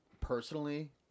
personally